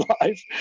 life